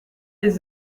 les